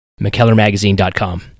mckellarmagazine.com